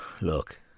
Look